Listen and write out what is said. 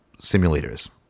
simulators